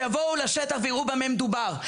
שיבואו לשטח ויראו במה מדובר,